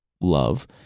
love